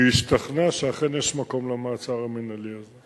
והשתכנע שאכן יש מקום למעצר המינהלי הזה.